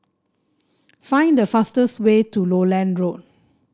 find the fastest way to Lowland Road